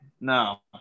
no